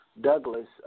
Douglas